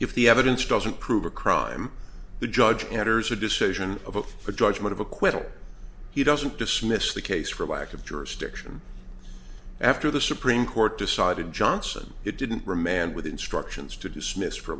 if the evidence doesn't prove a crime the judge enters a decision of a for judgment of acquittal he doesn't dismiss the case for lack of jurisdiction after the supreme court decided johnson it didn't remand with instructions to dismiss for